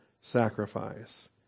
sacrifice